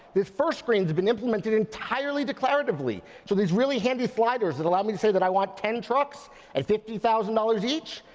this first screen's been implemented entirely declaratively. so these really handy sliders that allow me to say that i want ten trucks at fifty thousand dollars each.